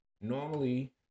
normally